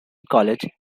college